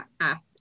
asked